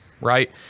right